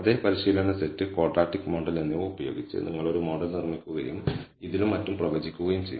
അതേ പരിശീലന set quadratic model എന്നിവ ഉപയോഗിച്ച് നിങ്ങൾ ഒരു മോഡൽ നിർമ്മിക്കുകയും ഇതിലും മറ്റും പ്രവചിക്കുകയും ചെയ്യും